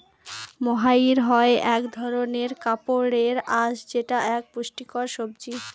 মহাইর হয় এক ধরনের কাপড়ের আঁশ যেটা এক পুষ্টিকর সবজি